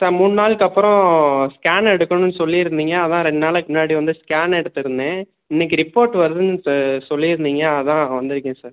sir மூணு நாளுக்கு அப்புறம் ஸ்கேன் எடுக்கணும்னு சொல்லிருந்தீங்கள் அதான் ரெண்டு நாளைக்கு முன்னாடி வந்து ஸ்கேன் எடுத்துருந்தேன் இன்றைக்கு ரிப்போர்ட் வருதுன்னு சொல்லிருந்தீங்கள் அதான் நான் வந்துருக்கேன் சார்